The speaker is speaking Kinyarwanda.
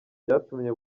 byatumye